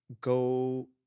go